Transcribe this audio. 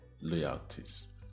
loyalties